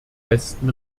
besten